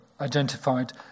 identified